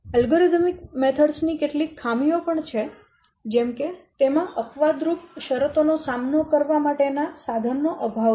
algorithm પદ્ધતિઓ ની કેટલીક ખામીઓ છે જેમ કે તેમાં અપવાદરૂપ શરતો નો સામનો કરવા માટે ના સાધન નો અભાવ છે